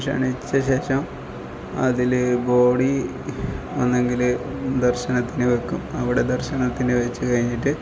ക്ഷണിച്ച ശേഷം അതിൽ ബോഡി ഒന്നെങ്കിൽ ദർശനത്തിന് വെക്കും അവിടെ ദർശനത്തിന് വെച്ച് കഴിഞ്ഞിട്ട്